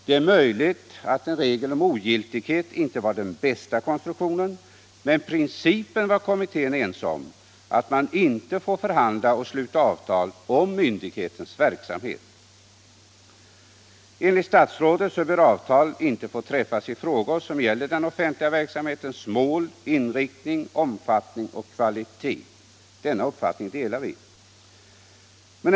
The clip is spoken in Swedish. Det är möjligt att en regel om ogiltighet inte var den bästa konstruktionen, men principen var kommittén ense om, nämligen att man inte får förhandla och sluta avtal om myndighetens verksamhet. Enligt statsrådet bör avtal inte få träffas i frågor som giller den offentliga verksamhetens mål, inriktning, omfattning och kvalitet. Denna uppfattning delar vi.